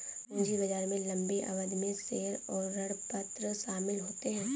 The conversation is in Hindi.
पूंजी बाजार में लम्बी अवधि में शेयर और ऋणपत्र शामिल होते है